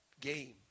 game